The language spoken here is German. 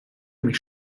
mich